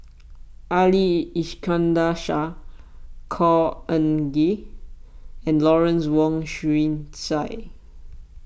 Ali Iskandar Shah Khor Ean Ghee and Lawrence Wong Shyun Tsai